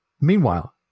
Meanwhile